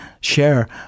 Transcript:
share